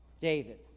David